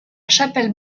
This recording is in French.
chapelle